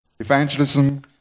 Evangelism